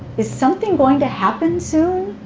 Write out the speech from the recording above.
is something going to happen soon?